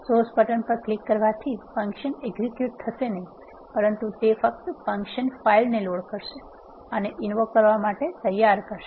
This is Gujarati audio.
સોર્સ બટન પર ક્લિક કરવાથી ફંક્શન એક્ઝેક્યુટ થશે નહી પરંતુ તે ફક્ત ફંક્શન ફાઇલ ને લોડ કરશે અને ઇનવોક કરવા માટે તૈયાર કરશે